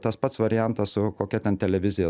tas pats variantas su kokia ten televizija